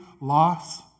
loss